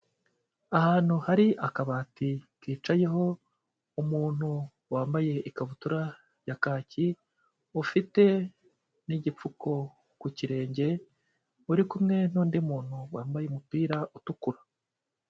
Ahantu hari akabati kicayeho umuntu wambaye ikabutura ya kaki, ufite n'igipfuko ku kirenge, uri kumwe n'undi muntu wambaye umupira utukura.